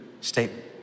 statement